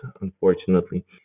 unfortunately